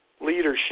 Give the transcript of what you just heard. leadership